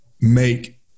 make